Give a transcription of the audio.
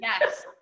Yes